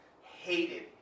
hated